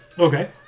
Okay